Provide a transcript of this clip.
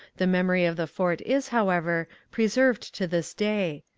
the memory of the fort is, however, preserved to this day.